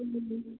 ꯎꯝ